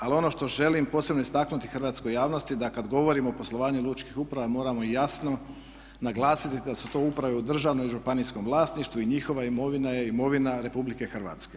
Ali ono što želim posebno istaknuti hrvatskoj javnosti da kad govorimo o poslovanju lučkih uprava moramo jasno naglasiti da su to uprave u državnom i županijskom vlasništvu i njihova imovina je imovina RH.